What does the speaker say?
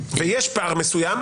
ויש פער מסוים,